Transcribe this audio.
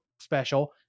special